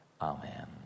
Amen